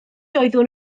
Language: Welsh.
oeddwn